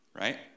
Right